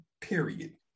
period